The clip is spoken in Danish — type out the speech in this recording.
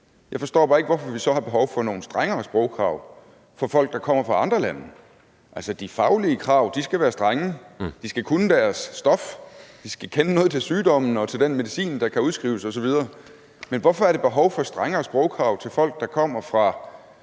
Jeg forstår bare ikke, hvorfor vi så har behov for nogle strengere sprogkrav for folk, der kommer fra andre lande. Altså, de faglige krav skal være strenge, de skal kunne deres stof, de skal kende noget til sygdommene og til den medicin, der kan udskrives osv., men hvorfor er der behov for strengere sprogkrav til folk, der kommer fra